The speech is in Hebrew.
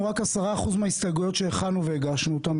רק 10% מההסתייגויות שהכנו והגשנו אותם,